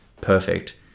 perfect